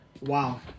wow